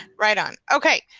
right on. okay,